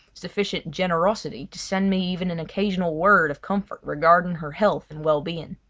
sufficient generosity to send me even an occasional word of comfort regarding her health and well-being.